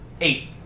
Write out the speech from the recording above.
eight